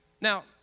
Now